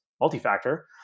multi-factor